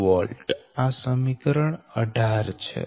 આ સમીકરણ 18 છે